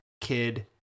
kid